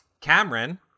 Cameron